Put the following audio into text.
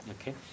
Okay